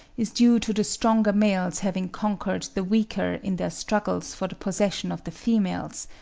is due to the stronger males having conquered the weaker in their struggles for the possession of the females,